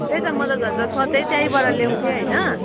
त्यही त म त झन् झन् सधैँ त्यहीँबाट ल्याउँथेँ होइन